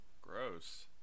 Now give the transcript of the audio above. Gross